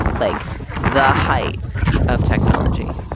like the height of technology,